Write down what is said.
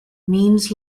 means